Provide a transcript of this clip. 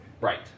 Right